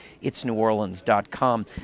it'sneworleans.com